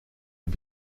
est